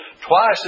twice